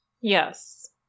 Yes